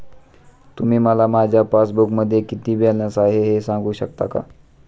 तुम्ही मला माझ्या पासबूकमध्ये किती बॅलन्स आहे हे सांगू शकता का?